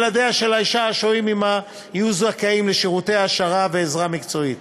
ילדיה של האישה השוהים עמה יהיו זכאים לשירותי העשרה ועזרה מקצועית.